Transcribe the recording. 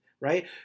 right